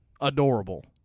Adorable